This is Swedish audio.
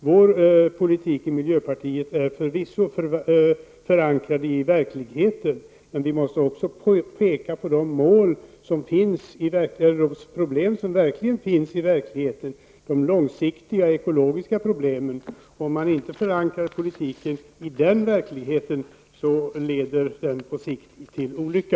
Miljöpartiets politik är förvisso förankrad i verkligheten. Men vi måste också peka på de problem som finns i verkligheten: de långsiktiga ekologiska problemen. Om man inte förankrar politiken i den verkligheten leder den på sikt till olycka.